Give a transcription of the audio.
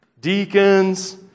deacons